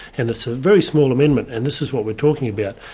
and it's a very small amendment, and this is what we're talking about.